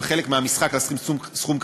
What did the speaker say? וחלק מהמשחק זה לשים סכום קטן,